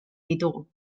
ditugu